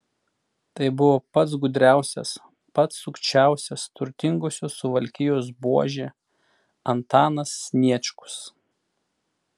tai buvo pats gudriausias pats sukčiausias turtingosios suvalkijos buožė antanas sniečkus